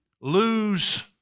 lose